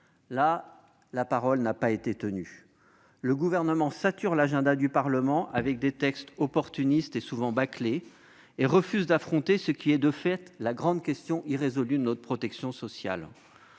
Las, la parole n'a pas été tenue. Le Gouvernement sature l'agenda du Parlement de textes opportunistes et souvent bâclés et refuse d'affronter ce qui est, de fait, la grande question irrésolue de notre protection sociale.